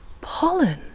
pollen